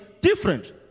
different